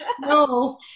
no